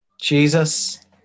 jesus